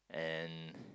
and